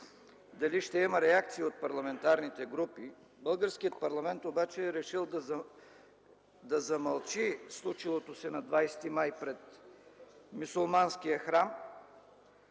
дали ще има реакция от парламентарните групи. Българският парламент обаче е решил да замълчи за случилото се на 20 май пред мюсюлманския храм,